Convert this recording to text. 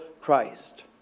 Christ